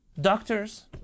Doctors